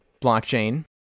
blockchain